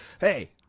Hey